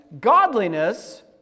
Godliness